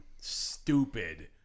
Stupid